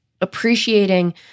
appreciating